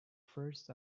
first